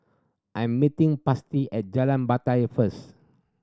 I am meeting Patsy at Jalan Batai first